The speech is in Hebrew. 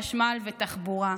חשמל ותחבורה,